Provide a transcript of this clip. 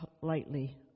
lightly